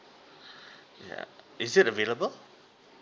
yeah is it available